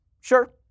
sure